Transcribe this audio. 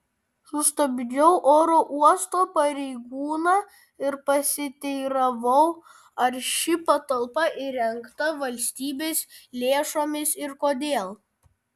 sustabdžiau oro uosto pareigūną ir pasiteiravau ar ši patalpa įrengta valstybės lėšomis ir kodėl